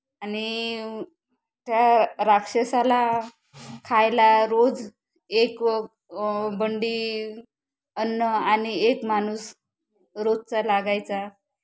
आणि त्या राक्षसाला खायला रोज एक बंडी अन्न आणि एक माणूस रोजचा लागायचा